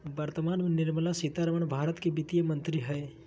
वर्तमान में निर्मला सीतारमण भारत के वित्त मंत्री हइ